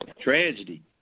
tragedy